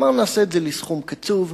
אמרנו שנעשה את זה בסכום קצוב.